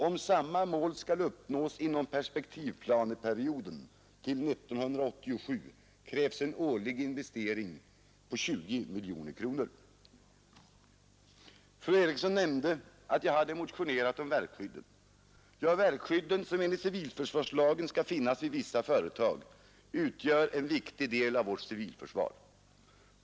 Om samma mål skall uppnås inom perspektivplaneperioden — till 1987 — krävs en årlig investering på ca 20 miljoner kronor.” : Fru Eriksson nämnde att jag hade motionerat om verkskydden. Dessa, som enligt civilförsvarslagen skall finnas vid vissa företag, utgör en viktig del av vårt civilförsvar.